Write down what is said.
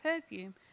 perfume